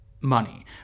money